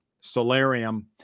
solarium